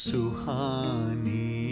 Suhani